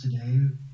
today